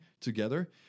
together